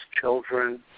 children